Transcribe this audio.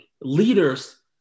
leaders